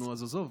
נו, אז עזוב.